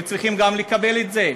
הם צריכים גם לקבל את זה.